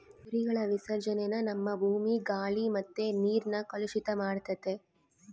ಕುರಿಗಳ ವಿಸರ್ಜನೇನ ನಮ್ಮ ಭೂಮಿ, ಗಾಳಿ ಮತ್ತೆ ನೀರ್ನ ಕಲುಷಿತ ಮಾಡ್ತತೆ